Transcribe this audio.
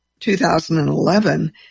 2011